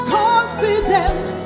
confidence